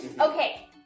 Okay